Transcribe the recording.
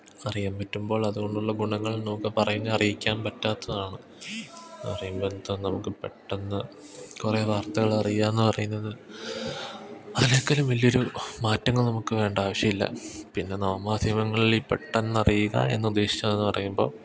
അറിയാൻ പറ്റുമ്പോൾ അതുകൊണ്ടുള്ള ഗുണങ്ങൾ നമുക്ക് പറഞ്ഞ് അറിയിക്കാൻ പറ്റാത്തതാണ് പറയുമ്പോള് എന്താ നമുക്ക് പെട്ടെന്ന് കുറേ വാർത്തകള് അറിയാന്നു പറയുന്നത് അതിനേക്കാലും വലിയൊരു മാറ്റങ്ങൾ നമുക്കു വേണ്ട ആവശ്യമില്ല പിന്നെ നവമാധ്യമങ്ങളിലീ പെട്ടെന്നറിയുക എന്നുദ്ദേശിച്ചതെന്നു പറയുമ്പോള്